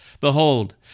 Behold